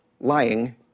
lying